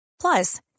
Plus